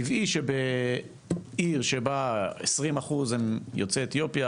טבעי שבעיר שבא 20% הם יוצאי אתיופיה,